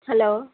hello